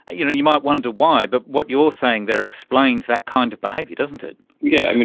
ah you know you might wonder why, but what you're saying there explains that kind of behaviour, doesn't it. yeah